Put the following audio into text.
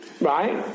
right